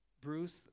Bruce